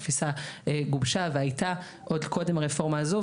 התפיסה גובשה והייתה עוד קודם הרפורמה הזו,